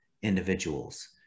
individuals